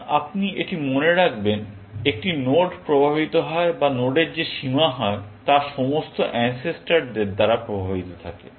এখন আপনি এটি মনে রাখবেন একটি নোড প্রভাবিত হয় বা নোডের যে সীমা হয় তা সমস্ত আনসেস্টরদের দ্বারা প্রভাবিত থাকে